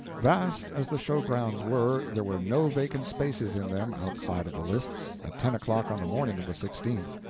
vast as the show-grounds were, there were no vacant spaces in them outside of the lists, at ten o'clock on the morning of the sixteenth.